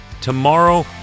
Tomorrow